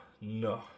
No